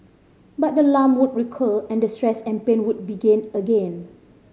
but the lump would recur and the stress and pain would begin again